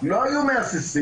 לא היו מהססים.